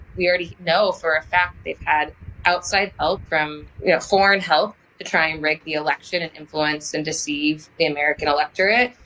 we already know for a fact they've had outside help, yeah foreign help to try and break the election and influence and deceive the american electorate.